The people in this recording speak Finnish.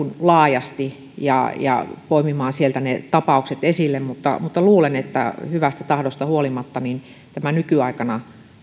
laajasti ja ja poimimaan sieltä ne tapaukset esille mutta mutta luulen että hyvästä tahdosta huolimatta tähän nykyaikana